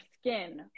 skin